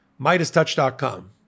MidasTouch.com